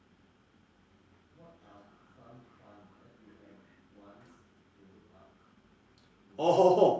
orh hor hor